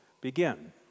begin